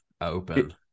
open